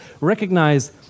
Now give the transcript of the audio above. recognize